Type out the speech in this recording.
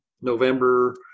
November